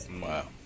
Wow